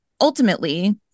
ultimately